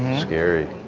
scary.